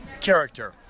Character